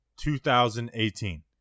2018